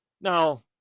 Now